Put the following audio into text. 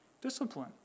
discipline